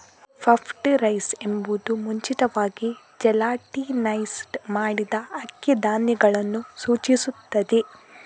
puffed rice ಎಂಬುದು ಮುಂಚಿತವಾಗಿ gelatinised ಮಾಡಿದ ಅಕ್ಕಿ ಧಾನ್ಯಗಳನ್ನು ಸೂಚಿಸುತ್ತದೆ